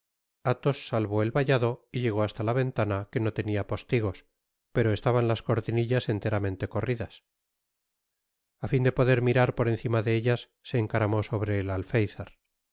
athos salvó el vallado y llegó hasta la ventana que no tenia póstigos pero estaban las cortinillas enteramente corridas a fin de poder mirar por encima te ellas se encaramó sobre el alfeizar a